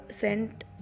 sent